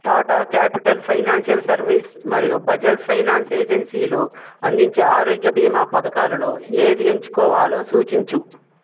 Tata capital financial service మరియు Bajaj finance ఏజన్సీలు అందించే ఆరోగ్య బీమా పథకాలలో ఏది ఎంచుకోవాలో సూచించు